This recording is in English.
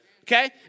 Okay